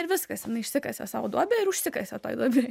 ir viskas išsikasė sau duobę ir užsikasė toj duobėj